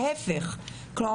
ההפך: כלומר,